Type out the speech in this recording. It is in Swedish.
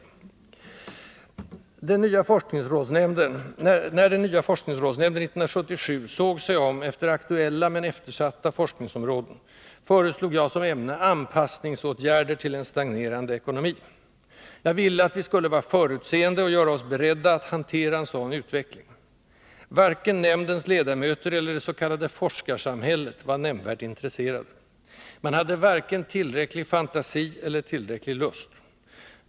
När den nya forskningsrådsnämnden 1977 såg sig om efter aktuella men eftersatta forskningsområden föreslog jag som ämne ”anpassningsåtgärder tillen stagnerande ekonomi”. Jag ville att vi skulle vara förutseende och göra oss beredda att hantera en sådan utveckling. Varken nämndens ledamöter eller det s.k. forskarsamhället var nämnvärt intresserade. Man hade varken tillräcklig fantasi eller tillräcklig lust.